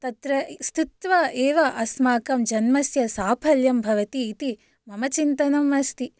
तत्र स्थित्वा एव अस्माकं जन्मस्य साफल्यं भवति इति मम चिन्तनम् अस्ति